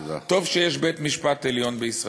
טוב שיש בית-משפט עליון בישראל.